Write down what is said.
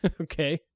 Okay